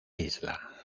isla